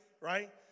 right